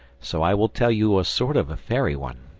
so i will tell you a sort of a fairy one.